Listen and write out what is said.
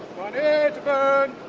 to burn?